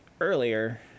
earlier